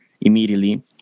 immediately